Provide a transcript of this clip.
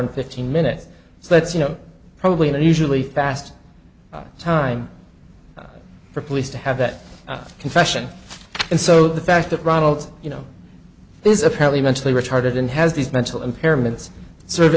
and fifteen minutes so that's you know probably an unusually fast time for police to have that confession and so the fact that ronald's you know is apparently mentally retarded and has these mental impairments sort of